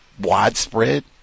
widespread